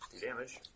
damage